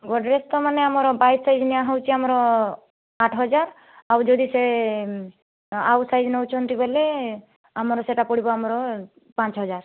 ଗଡ଼୍ରେଜ ତ ମାନେ ଆମର ବାଇଶ ସାଇଜ୍ ଏଇନା ହେଉଛି ଆମର ଆଠହଜାର ଆଉ ଯଦି ସେ ଆଉ ସାଇଜ୍ ନେଉଛନ୍ତି ବୋଇଲେ ଆମର ସେଇଟା ପଡ଼ିବ ଆମର ପାଞ୍ଚହଜାର